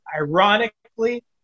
Ironically